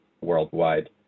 worldwide